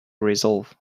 resolve